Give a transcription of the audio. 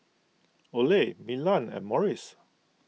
Olay Milan and Morries